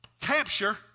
capture